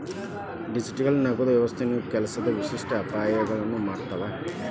digital ನಗದು ವ್ಯವಸ್ಥೆಗಳು ಕೆಲ್ವಂದ್ ವಿಶಿಷ್ಟ ಅಪಾಯಗಳನ್ನ ಮಾಡ್ತಾವ